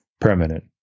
permanent